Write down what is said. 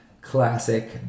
classic